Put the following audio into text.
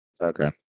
Okay